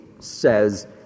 says